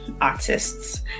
artists